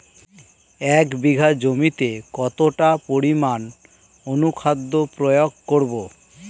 এক বিঘা জমিতে কতটা পরিমাণ অনুখাদ্য প্রয়োগ করব?